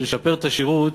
בשביל לשפר את השירות,